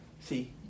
See